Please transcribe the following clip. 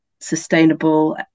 sustainable